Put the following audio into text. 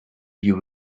you